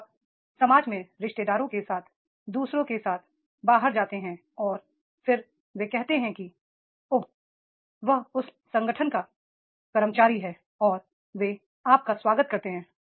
जब आप समाज में रिश्तेदारों के साथ दोस्तों के साथ बाहर जाते हैं और फिर वे कहते हैं कि ओह वह उस संगठन का कर्मचारी है और वे आपका स्वागत करते हैं